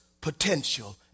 potential